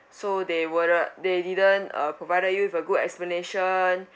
so they were the they didn't uh provided you with a good explanation